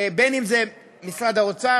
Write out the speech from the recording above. בין במשרד האוצר,